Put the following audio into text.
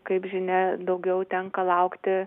kaip žinia daugiau tenka laukti